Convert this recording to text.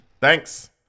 Thanks